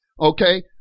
Okay